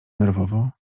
nerwowo